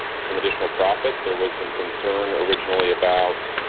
some additional profits. there was some concern originally about